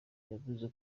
yavuze